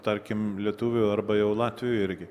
tarkim lietuvių arba jau latvijoj irgi